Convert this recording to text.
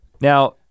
Now